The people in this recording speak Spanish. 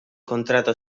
contrato